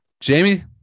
jamie